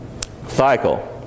cycle